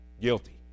guilty